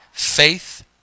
faith